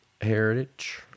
Heritage